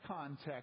context